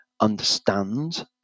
understand